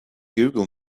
google